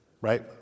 right